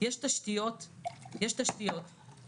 מה שיאפשר להבין את הדבר הזה.